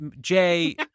Jay-